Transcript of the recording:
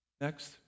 Next